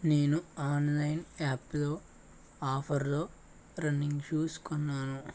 నేను ఆన్లైన్ యాప్లో ఆఫర్లో రన్నింగ్ షూస్ కొన్నాను